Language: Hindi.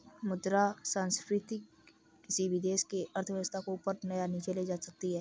मुद्रा संस्फिति किसी भी देश की अर्थव्यवस्था को ऊपर या नीचे ले जा सकती है